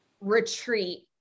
retreat